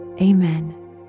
amen